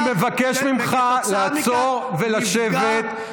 אני מבקש ממך לעצור ולשבת.